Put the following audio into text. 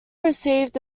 received